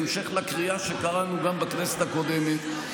בהמשך לקריאה שקראנו גם בכנסת הקודמת.